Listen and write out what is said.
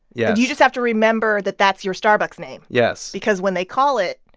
yes you just have to remember that that's your starbucks name yes because when they call it,